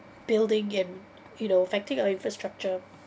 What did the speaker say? building and you know affecting our infrastructure